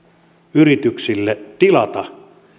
yrityksille tilata